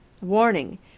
Warning